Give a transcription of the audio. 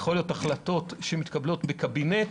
יכול להיות החלטות שמתקבלות בקבינט.